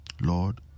Lord